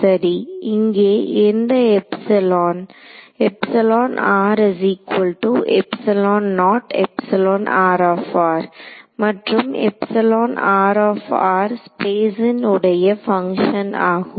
சரி இங்கே இந்த எப்ஸிலோன் மற்றும் ஸ்பேஸின் உடைய பங்க்ஷன் ஆகும்